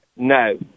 No